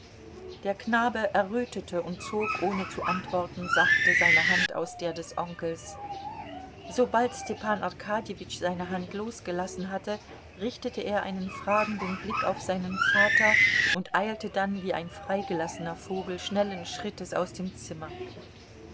der knabe errötete und zog ohne zu antworten sachte seine hand aus der des onkels sobald stepan arkadjewitsch seine hand losgelassen hatte richtete er einen fragenden blick auf seinen vater und eilte dann wie ein freigelassener vogel schnellen schrittes aus dem zimmer